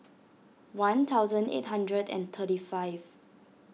one thousand eight hundred and thirty five